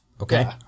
Okay